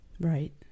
right